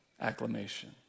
acclamation